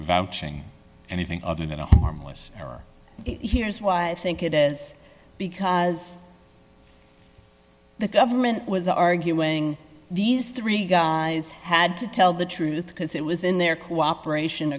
vouching anything other than a harmless here's why i think it is because the government was arguing these three guys had to tell the truth because it was in their cooperation